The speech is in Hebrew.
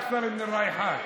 (אומר בערבית: אתה אומר שעוד בדרך יותר ממה שעבר.)